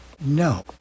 No